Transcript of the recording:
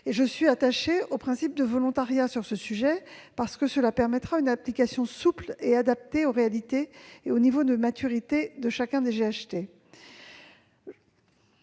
Je suis attachée au principe du volontariat sur ce sujet, car il faut permettre une application souple et adaptée aux réalités et au niveau de maturité de chacun des GHT.